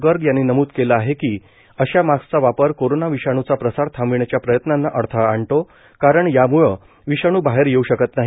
गर्ग यांनी नमूद केलं आहे की अशा मास्कचा वापर कोरोना विषाणूचा प्रसार थांबविण्याच्या प्रयत्नांना अडथळा आणतो कारण याम्ळं विषाणू बाहेर येऊ शकत नाही